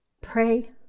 pray